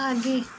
आगे